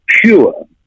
pure